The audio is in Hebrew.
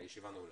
הישיבה נעולה.